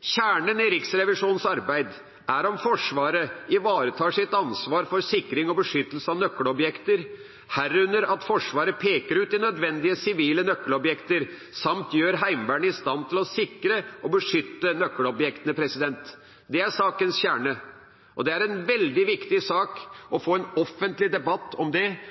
Kjernen i Riksrevisjonens arbeid er om Forsvaret ivaretar sitt ansvar for sikring og beskyttelse av nøkkelobjekter, herunder at Forsvaret peker ut de nødvendige sivile nøkkelobjekter samt gjør Heimevernet i stand til å sikre og beskytte nøkkelobjektene. Det er sakens kjerne, og det er en veldig viktig sak å få en offentlig debatt om det,